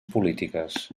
polítiques